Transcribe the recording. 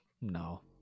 No